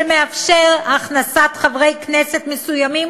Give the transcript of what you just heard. שמאפשר הכנסת חברי כנסת מסוימים,